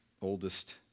oldest